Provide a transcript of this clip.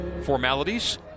Formalities